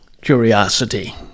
curiosity